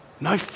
No